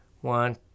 One